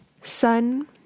Sun